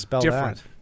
different